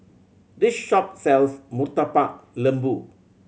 this shop sells Murtabak Lembu